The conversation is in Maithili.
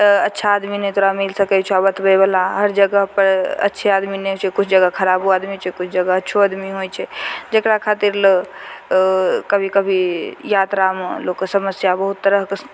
अँ अच्छा आदमी नहि तोहरा मिलि सकै छऽ बतबैवला हर जगहपर अच्छे आदमी नहि होइ छै किछु जगह खराबो आदमी छै किछु जगह अच्छो आदमी होइ छै जकरा खातिर ले अँ कभी कभी यात्रामे लोकके समस्या बहुत तरहके